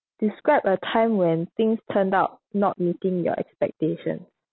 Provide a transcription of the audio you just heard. describe a time when things turned out not meeting your expectation